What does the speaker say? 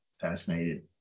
fascinated